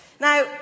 Now